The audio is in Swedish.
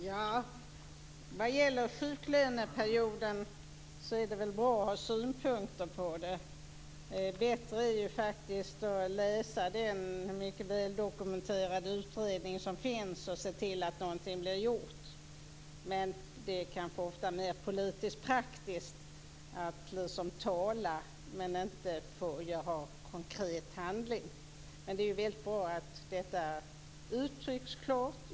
Herr talman! Vad gäller sjuklöneperioden är det väl bra att ha synpunkter på den, men bättre är att läsa den mycket väl dokumenterade utredning som finns och se till att någonting blir gjort. Men det kanske ofta är politiskt mer praktiskt att tala men inte konkret handla. Det är väldigt bra att detta uttrycks klart.